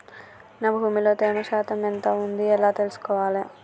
నా భూమి లో తేమ శాతం ఎంత ఉంది ఎలా తెలుసుకోవాలే?